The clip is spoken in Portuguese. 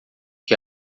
que